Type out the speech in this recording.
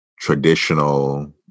traditional